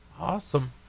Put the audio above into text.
Awesome